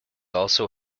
also